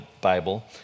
Bible